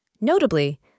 Notably